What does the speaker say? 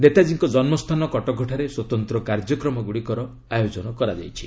ନେତାଜୀଙ୍କ କନ୍କସ୍ଥାନ କଟକଠାରେ ସ୍ୱତନ୍ତ୍ର କାର୍ଯ୍ୟକ୍ରମ ଗୁଡ଼ିକର ଆୟୋଜନ କରାଯାଇଛି